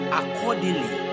accordingly